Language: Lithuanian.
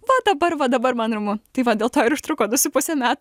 va dabar va dabar man ramu tai va dėl to ir užtruko du su puse metų